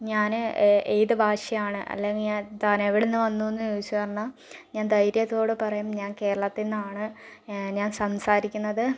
ഞാന് ഏത് ഭാഷയാണ് അല്ലെങ്കിൽ ഞാൻ താൻ എവിടുന്നു വന്നു എന്ന് ചോദിച്ച് പറഞ്ഞാൽ ഞാൻ ധൈര്യത്തോടെ പറയും ഞാൻ കേരളത്തിൽ നിന്നാണ് ഞാൻ സംസാരിക്കുന്നത്